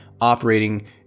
operating